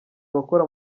abakora